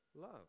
love